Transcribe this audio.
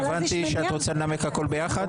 הבנתי שאת רוצה לנמק הכול ביחד?